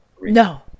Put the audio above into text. No